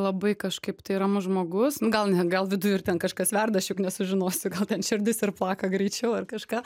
labai kažkaip tai ramus žmogus gal ne gal viduj ir ten kažkas verda aš juk nesužinosiu gal ten širdis ir plaka greičiau ar kažką